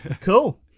Cool